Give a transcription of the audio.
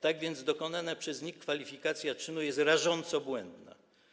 Tak więc dokonana przez NIK kwalifikacja czynu jest rażąco błędna.